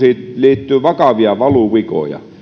liittyy vakavia valuvikoja